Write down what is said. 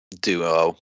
duo